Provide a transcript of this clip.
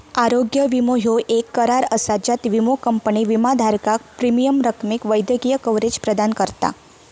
आरोग्य विमो ह्यो येक करार असा ज्यात विमो कंपनी विमाधारकाक प्रीमियम रकमेक वैद्यकीय कव्हरेज प्रदान करता